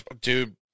Dude